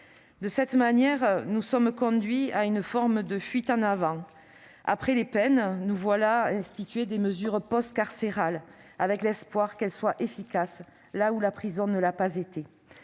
De cette manière, nous en sommes réduits à une forme de fuite en avant : après les peines, nous voilà à instituer des mesures post-carcérales avec l'espoir qu'elles seront efficaces, alors même que la